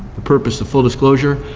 purpose of full disclosure,